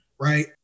right